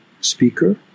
speaker